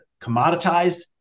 commoditized